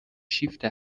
شیفت